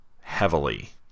heavily